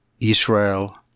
Israel